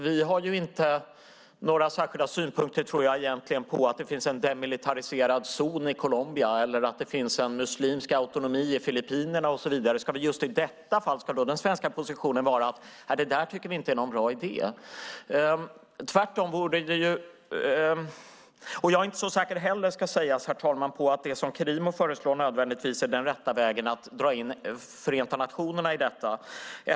Vi har inte några särskilda synpunkter på att det finns en demilitariserad zon i Colombia eller att det finns en muslimsk autonomi i Filippinerna och så vidare. Men ska just i detta fall den svenska positionen vara att det där tycker vi inte är någon bra idé? Jag är inte så säker på att det som Kerimo föreslår nödvändigtvis är den rätta vägen, att dra in Förenta nationerna i detta.